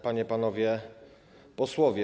Panie i Panowie Posłowie!